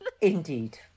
Indeed